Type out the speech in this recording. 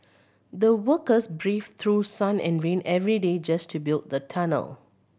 the workers braved through sun and rain every day just to build the tunnel